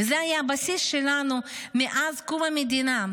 זה היה הבסיס שלנו מאז קום המדינה.